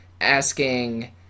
asking